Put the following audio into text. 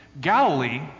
Galilee